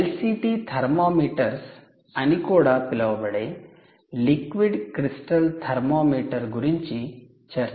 'LCT థర్మామీటర్లు' అని కూడా పిలువబడే 'లిక్విడ్ క్రిస్టల్ థర్మామీటర్' గురించి చర్చించాము